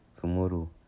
Tomorrow